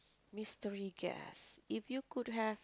mystery guest if you could have